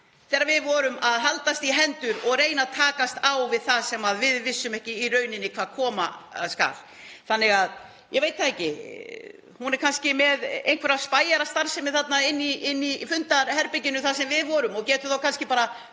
þegar við vorum að haldast í hendur og reyna að takast á við þetta og vissum ekki í rauninni hvað koma skyldi. Ég veit það ekki, hún er kannski með einhverja spæjarastarfsemi þarna inni í fundarherberginu þar sem við vorum og getur þá kannski bara